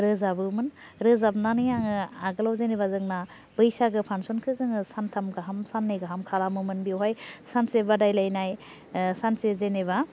रोजाबोमोन रोजाबनानै आङो आगोलाव जेनोबा जोंना बैसागो फांसन खौ जोङो सानथाम गाहाम सान्नै गाहाम खालामोमोन बेवहाय सानसे बादायलायनाय सानसे जेनोबा